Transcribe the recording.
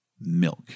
milk